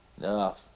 No